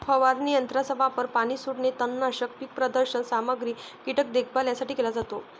फवारणी यंत्राचा वापर पाणी सोडणे, तणनाशक, पीक प्रदर्शन सामग्री, कीटक देखभाल यासाठी केला जातो